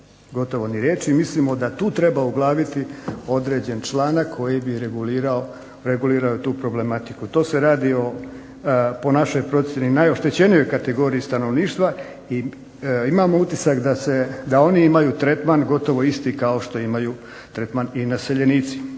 gotovo ni riječi, mislim da tu treba uglaviti određeni članak koji bi regulirao tu problematiku. Tu se radi po našoj procjeni o najoštećenijoj kategoriji stanovništva i imamo utisak da oni imaju tretman gotovo isti kao što imaju tretman i naseljenici.